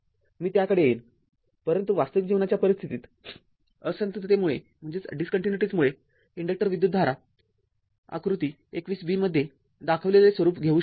मी त्याकडे येईन परंतु वास्तविक जीवनाच्या परिस्थितीत असंतंतेमुळे इन्डक्टर विद्युतधारा आकृती २१ b मध्ये दाखविलेले स्वरूप घेऊ शकत नाही